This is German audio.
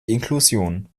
inklusion